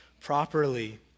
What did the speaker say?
properly